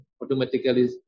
Automatically